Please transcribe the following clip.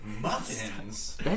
Muffins